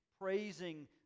praising